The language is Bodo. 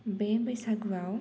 बे बैसागुआव